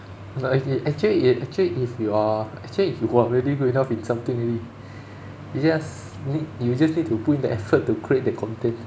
like if it actually if actually if you are actually if you got already good enough in something already you just need you just need to put in the effort to create the content